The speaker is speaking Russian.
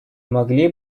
могли